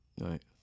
Right